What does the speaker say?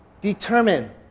determine